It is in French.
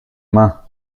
main